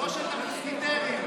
שלושת המוסקטרים.